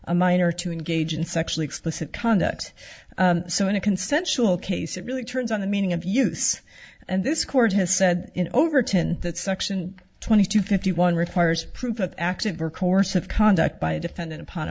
a minor to engage in sexually explicit conduct so in a consensual case it really turns on the meaning of use and this court has said in overton that section twenty two fifty one requires proof of active or course of conduct by a defendant upon